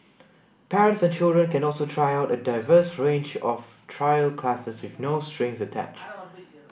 parents and children can also try out a diverse range of trial classes with no strings attached